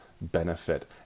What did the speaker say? benefit